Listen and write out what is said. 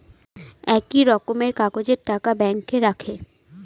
একই রকমের কাগজের টাকা ব্যাঙ্কে রাখে